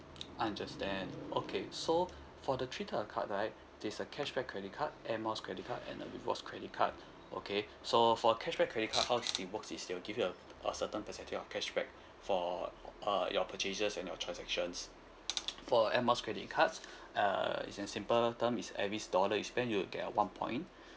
understand okay so for the three type of card right there's a cashback credit card Air Miles credit card and the rewards credit card okay so for cashback credit card how it works is they will give you a a certain percent to your cashback for uh your purchases and your transactions for Air Miles credit cards uh it's a simple term is every dollar you spent you will get a one point